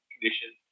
conditions